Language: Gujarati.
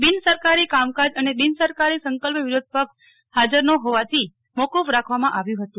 બીન સરકારી કામકાજ અને બીન સરકારી સંકલ્પ વિરોધ પક્ષ હાજરના હોવાથી મોકૂફ રાખવામાં આવ્યું હતું